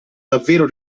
davvero